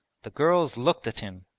the girls looked at him,